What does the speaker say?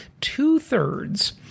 two-thirds